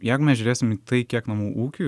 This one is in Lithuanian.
jeigu mes žiūrėsim į tai kiek namų ūkių